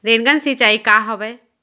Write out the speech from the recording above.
Rain gun सिंचाई का हवय?